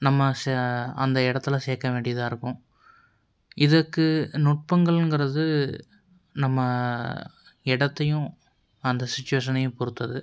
நம்ம சே அந்த இடத்துல சேர்க்க வேண்டியதாக இருக்கும் இதுக்கு நுட்பங்கங்குறது நம்ம இடத்தையும் அந்த சுச்சுவேஷனையும் பொறுத்தது